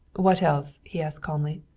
what else? he asked calmly.